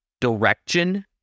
direction